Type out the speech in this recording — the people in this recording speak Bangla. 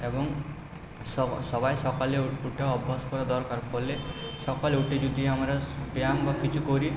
এবং সবাই সকালে উঠা অভ্যাস করা দরকার সকালে উঠে যদি আমরা ব্যায়াম বা কিছু করি